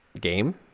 game